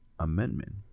amendment